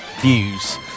views